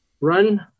Run